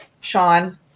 Sean